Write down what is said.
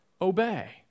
obey